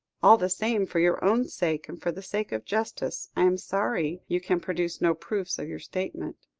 all the same, for your own sake, and for the sake of justice, i am sorry you can produce no proofs of your statement.